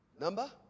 Number